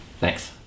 Thanks